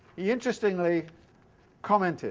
he interestingly commented